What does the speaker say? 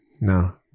no